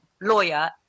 lawyer